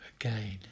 again